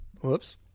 Whoops